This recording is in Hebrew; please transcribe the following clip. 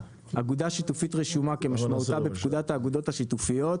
אגודה שיתופית רשומה כמשמעותה בפקודת האגודות השיתופיות,